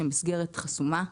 שהמסגרת חסומה.